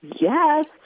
Yes